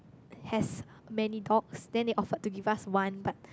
has many dogs then they offered to give us one but